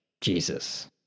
Jesus